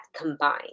combined